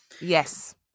Yes